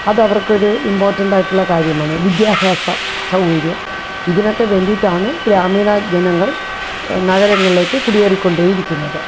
അതവർക്കൊരു ഇമ്പോർട്ടൻറ്റായിട്ടുള്ള കാര്യമാണ് വിദ്യാഭ്യാസം സൗകര്യം ഇതിനൊക്കെ വേണ്ടിയിട്ടാണ് ഗ്രാമീണ ജനങ്ങൾ നഗരങ്ങളിലേക്കു കുടിയേറിക്കൊണ്ടേയിരിക്കുന്നത്